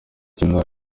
cy’inda